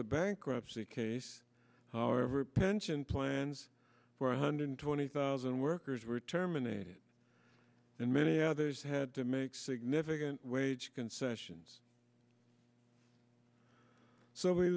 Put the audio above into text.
the bankruptcy case however pension plans were hundred twenty thousand workers were terminated and many others had to make significant wage concessions so we